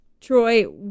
Troy